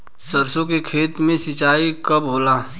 सरसों के खेत मे सिंचाई कब होला?